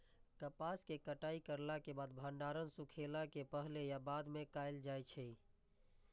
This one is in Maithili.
कपास के कटाई करला के बाद भंडारण सुखेला के पहले या बाद में कायल जाय छै?